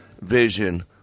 vision